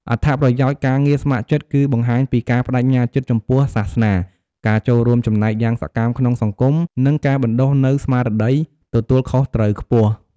អត្ថប្រយោជន៍ការងារស្ម័គ្រចិត្ត គឺបង្ហាញពីការប្ដេជ្ញាចិត្តចំពោះសាសនា ការចូលរួមចំណែកយ៉ាងសកម្មក្នុងសង្គម និងការបណ្ដុះនូវស្មារតីទទួលខុសត្រូវខ្ពស់។